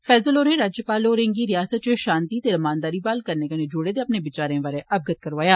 फैजल होरें राज्यपाल होरें गी रियासता च शांति ते रमानदारी बहाल करने कन्नै जुड़े दे अपने विचारें बारै अवगत करोआया